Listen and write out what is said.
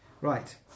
Right